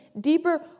deeper